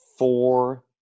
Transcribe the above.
Four